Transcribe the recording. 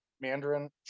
Mandarin